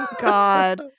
God